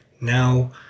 now